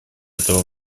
этого